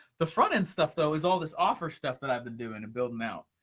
the front-end stuff though, is all this offer stuff that i've been doing and building out.